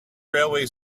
railway